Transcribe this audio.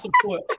support